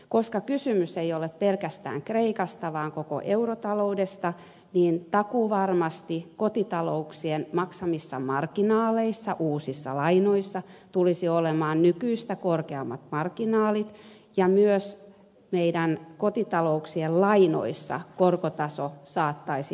koska kysymys ei ole pelkästään kreikasta vaan koko eurotaloudesta niin takuuvarmasti kotitalouksien maksamissa uusissa lainoissa tulisi olemaan nykyistä korkeammat marginaalit ja myös meidän kotitalouksiemme lainoissa korkotaso saattaisi nousta